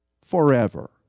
forever